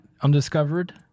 undiscovered